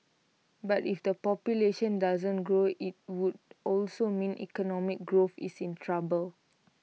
but if the population doesn't grow IT would also mean economic growth is in trouble